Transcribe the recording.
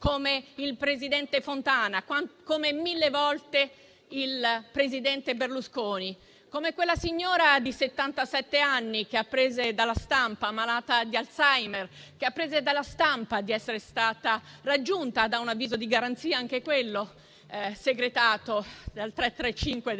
come il presidente Fontana, come mille volte il presidente Berlusconi, come quella signora di settantasette anni, malata di Alzheimer, che apprese dalla stampa di essere stata raggiunta da un avviso di garanzia, anche quello segretato ai sensi